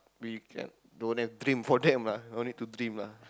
we can don't have dream for that lah no need to dream lah